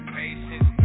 patience